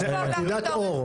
נקודת אור.